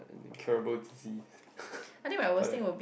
incurable disease but that